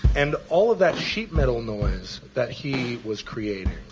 and all of that sheet metal noise that he was creating,